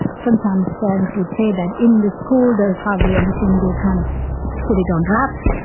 sometimes parents would say that in the school there's hardly anything, they kind of put it under wraps,